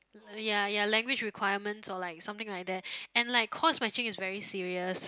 ya ya language requirements or like something like that and like course matching is very serious